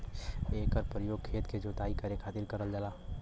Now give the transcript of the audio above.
एकर परयोग खेत क जोताई करे खातिर करल जाला